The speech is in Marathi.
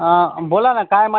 बोला ना काय माहिती हवी आहे